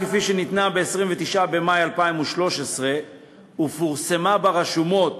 כפי שניתנה ב-29 במאי 2013 ופורסמה ברשומות